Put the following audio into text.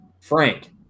Frank